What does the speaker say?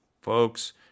folks